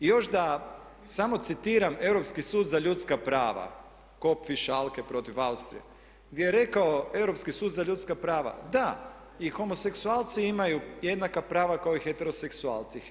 I još da samo citiram Europski sud za ljudska prava … [[Ne razumije se.]] protiv Austrije gdje je rekao Europski sud za ljudska prava da i homoseksualci imaju jednaka prava kao i heteroseksualci.